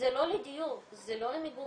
זה לא לדיור, זה לא למגורים.